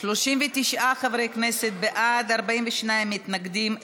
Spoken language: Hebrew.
39 חברי כנסת בעד, 42 מתנגדים.